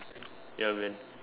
ya man